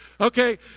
okay